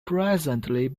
presently